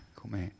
come